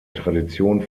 tradition